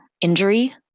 injury